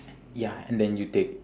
ya and then you take